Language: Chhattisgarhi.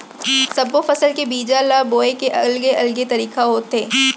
सब्बो फसल के बीजा ल बोए के अलगे अलगे तरीका होथे